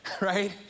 right